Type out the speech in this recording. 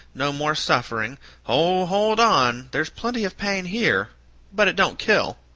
no more suffering oh, hold on there's plenty of pain here but it don't kill.